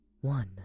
One